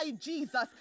Jesus